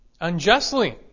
unjustly